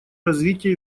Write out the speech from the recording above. развития